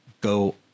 go